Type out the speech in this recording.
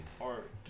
art